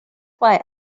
why